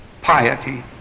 piety